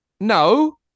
no